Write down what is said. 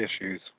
issues